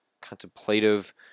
contemplative